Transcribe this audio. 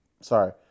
sorry